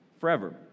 forever